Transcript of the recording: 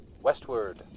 westward